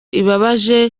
ibabaje